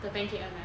the pancake [one] ah